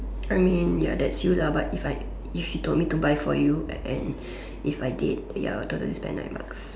I mean ya that's you but if I if she told me to buy for you and if I did ya I would totally spend nine bucks